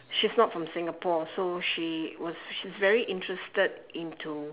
she's not from singapore so she was she's very interested into